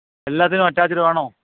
എല്ലാത്തിനും അറ്റാച്ച്ഡ് വേണോ